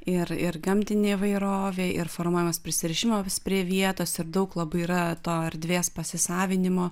ir ir gamtinė įvairovė ir formuojamas prisirišimo prie vietos ir daug labai yra to erdvės pasisavinimo